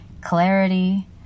clarity